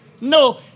No